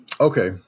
Okay